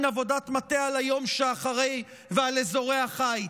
עבודת מטה על היום שאחרי ועל אזורי החיץ,